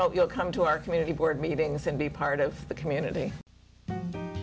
hope you'll come to our community board meetings and be part of the community